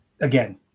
again